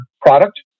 product